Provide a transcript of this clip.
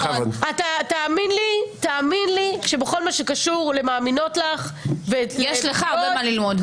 תאמין לי שבכל מה שקשור למאמינות לך --- יש לך מה ללמוד.